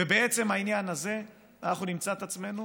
ובעניין הזה, אנחנו נמצא את עצמנו